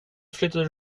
flyttade